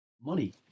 money